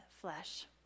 flesh